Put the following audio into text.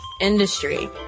industry